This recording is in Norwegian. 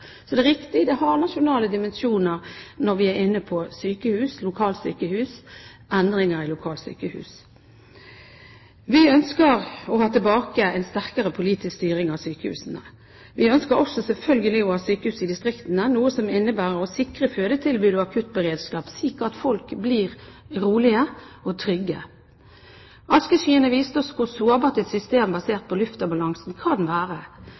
Så det er riktig, det har nasjonale dimensjoner når vi er inne på sykehus, lokalsykehus, endringer i lokalsykehus. Vi ønsker å ha tilbake en sterkere politisk styring av sykehusene. Vi ønsker selvfølgelig også å ha sykehus i distriktene, noe som innebærer å sikre fødetilbud og akuttberedskap, slik at folk blir rolige og trygge. Askeskyene viste oss hvor sårbart et system basert på luftambulanse kan være.